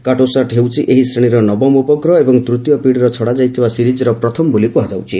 କାର୍ଟୋସାଟ୍ ହେଉଛି ଏହି ଶ୍ରେଶୀର ନବମ ଉପଗ୍ରହ ଏବଂ ତୂତୀୟ ପିଢ଼ିର ଛଡ଼ାଯାଇଥିବା ସିରିଜ୍ର ପ୍ରଥମ ବୋଲି କ୍ହାଯାଉଛି